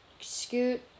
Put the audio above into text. Scoot